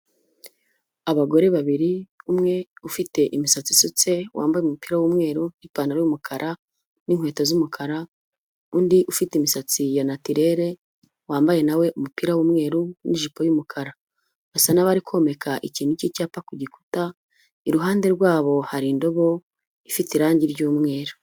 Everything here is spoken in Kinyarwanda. Abagore babiri umwe ufite imisatsi isutse wambaye umupira w'umweru n'ipantaro y'umukara n'inkweto z'umukara, undi ufite imisatsi ya natirere wambaye nawe umupira w'umweru n'ijipo y'umukara. Basa n'abari komeka ikintu cy'icyapa ku gikuta, iruhande rwabo hari indobo ifite irange ry'umweru.